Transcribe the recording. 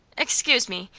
excuse me,